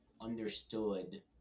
understood